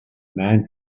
man